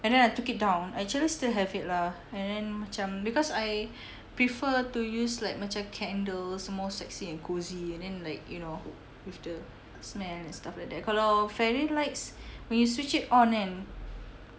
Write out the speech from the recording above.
and then I took it down I actually still have it lah and then macam because I prefer to use like macam candles more sexy and cosy and then like you know with the smell and stuff like that kalau fairy lights when you switch it on kan